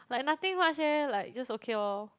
like nothing much eh like just okay lor